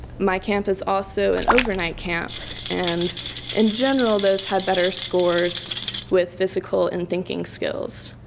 my camp is also an overnight camp and in general those had better scores with physical and thinking skills.